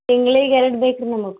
ತಿಂಗ್ಳಿಗೆ ಎರಡು ಬೇಕು ರೀ ನಮಗ್